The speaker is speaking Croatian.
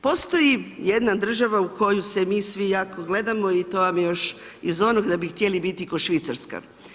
Postoji jedna država u koju se mi svi jako gledamo i to vam još iz onog da bi htjeli biti kao Švicarska.